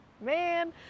man